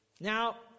Now